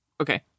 Okay